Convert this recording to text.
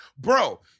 Bro